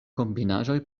kombinaĵoj